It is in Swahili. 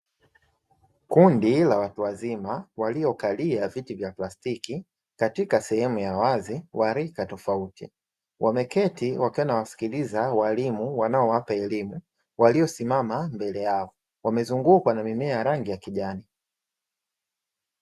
Kundi la watu wazima waliokalia viti vya plastiki katika sehemu ya wazi wa rika tofauti. Wameketi wakiwa wanawasikiliza walimu wanaowapa elimu waliosimama mbele yao wamezungukwa na mimea ya rangi ya kijani.